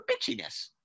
bitchiness